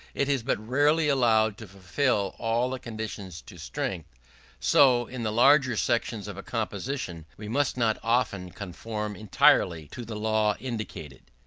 it is but rarely allowable to fulfill all the conditions to strength so, in the larger sections of a composition we must not often conform entirely to the law indicated.